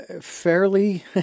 fairly